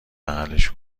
بغلش